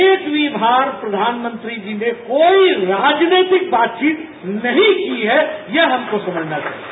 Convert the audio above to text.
एक भी बार प्रधानमंत्री जी ने कोई राजनीतिक बातचीत नहीं की है यह हमको समझना चाहिए